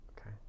Okay